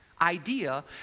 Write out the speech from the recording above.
idea